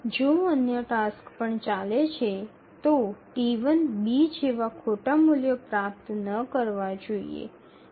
જો અન્ય ટાસક્સ પણ ચાલે છે તો T1 બી જેવા ખોટા મૂલ્યો પ્રાપ્ત ન કરવા જોઈએ